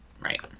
Right